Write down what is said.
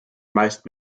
meist